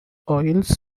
oils